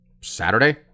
Saturday